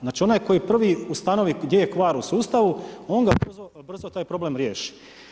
Znači, onaj koji prvi ustanovi gdje je kvar u sustavu, on ga brzo taj problem riješi.